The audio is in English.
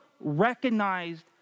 recognized